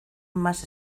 más